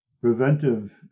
preventive